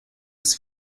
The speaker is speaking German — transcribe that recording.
des